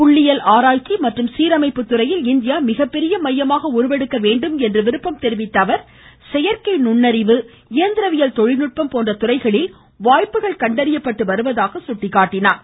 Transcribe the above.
புள்ளியியல் ஆராய்ச்சி மற்றும் சீரமைப்பு துறையில் இந்தியா மிகப்பெரிய மையமாக உருவெடுக்க வேண்டும் என்று விருப்பம் தெரிவித்த அவர் செயற்றை நுண்ணறிவு இயந்திரவியல் தொழில்நுட்பம் போன்ற துறைகளில் வாய்ப்புகள் கண்டறியப்பட்டு வருவதாகவும் அவர் சுட்டிக்காட்டினார்